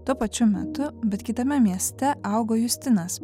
tuo pačiu metu bet kitame mieste augo justinas